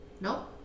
No